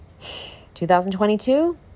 2022